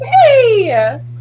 Hey